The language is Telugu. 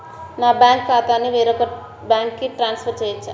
నా బ్యాంక్ ఖాతాని వేరొక బ్యాంక్కి ట్రాన్స్ఫర్ చేయొచ్చా?